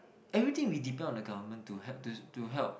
everything we depend on the government to help to to help